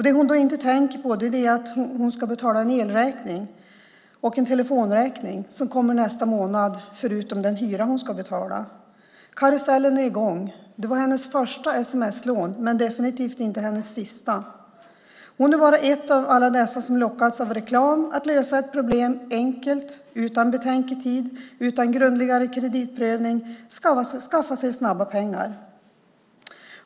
Det hon då inte tänker på är att hon ska betala en elräkning och en telefonräkning som kommer nästa månad förutom den hyra hon ska betala. Karusellen är i gång. Det var hennes första sms-lån, men definitivt inte hennes sista. Hon är bara en av alla dessa som lockas av reklam att lösa ett problem enkelt, att utan betänketid, utan grundligare kreditprövning skaffa sig snabba pengar.